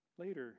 Later